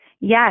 Yes